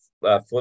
flip